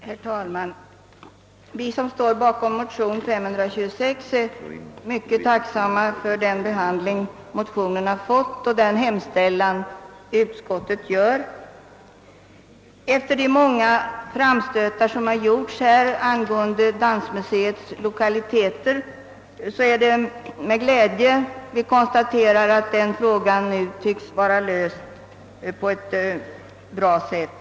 Herr talman! Vi som står bakom motion II:526 är mycket tacksamma för motionens behandling och utskottets hemställan. Efter de många framstötar som gjorts angående Dansmuseets lokaliteter konstaterar vi med glädje, att denna fråga nu tycks ha lösts på ett tillfredsställande sätt.